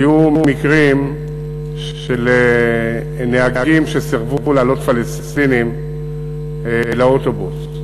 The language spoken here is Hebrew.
היו מקרים של נהגים שסירבו להעלות פלסטינים לאוטובוס.